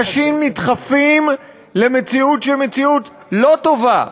אנשים נדחפים למציאות שהיא מציאות לא טובה,